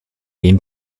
dem